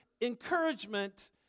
encouragement